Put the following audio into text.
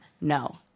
no